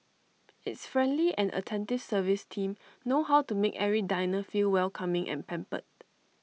its friendly and attentive service team know how to make every diner feel welcoming and pampered